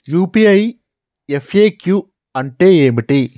UPI FAQ అంటే ఏమిటి?